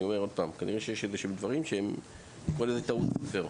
כנראה שיש דברים שהם טעות סופר,